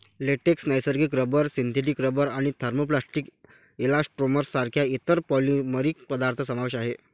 latex, नैसर्गिक rubber, synthetic rubber आणि thermoplastic elastomers सारख्या इतर पॉलिमरिक पदार्थ समावेश आहे